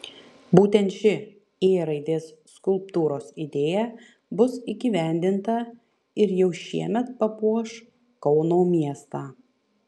būtent ši ė raidės skulptūros idėja bus įgyvendinta ir jau šiemet papuoš kauno miestą